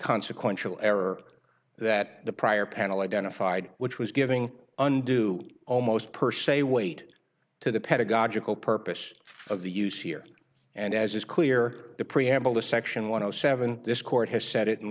consequential error that the prior panel identified which was giving undue almost per se weight to the pedagogical purpose of the use here and as is clear the preamble to section one zero seven this court has said it